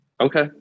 Okay